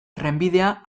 trenbidea